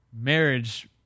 marriage